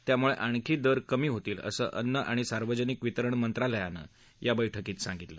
त्यामुळे दर आणखी कमी होतील असं अन्न आणि सार्वजनिक वितरण मंत्रालयाने या बैठकीत सांगितलं